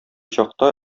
чакта